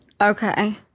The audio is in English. Okay